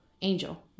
angel